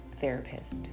therapist